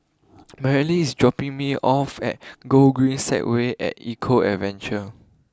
Marely is dropping me off at Gogreen Segway at Eco Adventure